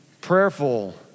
prayerful